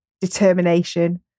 determination